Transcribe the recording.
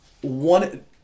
One